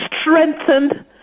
strengthened